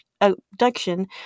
abduction